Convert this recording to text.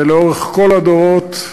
ולאורך כל הדורות,